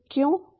क्यों